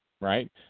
right